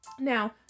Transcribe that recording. Now